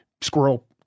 squirrel